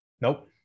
Nope